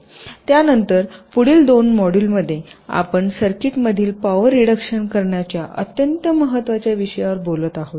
त्यानंतर पुढील दोन मॉड्युलमध्ये आपण सर्किटमधील पॉवर रिडक्शन करण्याच्या अत्यंत महत्त्वाच्या विषयावर बोलत आहोत